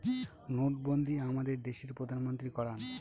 নোটবন্ধী আমাদের দেশের প্রধানমন্ত্রী করান